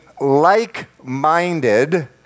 like-minded